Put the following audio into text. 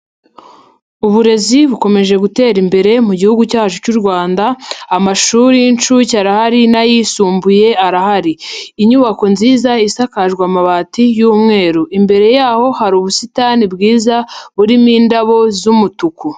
Uburezi bukomeje gutera imbere mu gihugu cyacu cy'u Rwanda, amashuri y'inshuke arahari n'ayisumbuye arahari. Inyubako nziza isakajwe amabati y'umweru. Imbere yaho hari ubusitani bwiza burimo indabo z'umutuku.